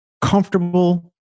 comfortable